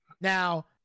Now